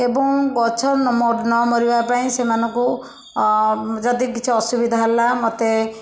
ଏବଂ ଗଛ ନ ମରିବା ପାଇଁ ସେମାନଙ୍କୁ ଅ ଯଦି କିଛି ଅସୁବିଧା ହେଲା ମୋତେ